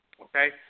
okay